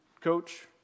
coach